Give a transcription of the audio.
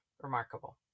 remarkable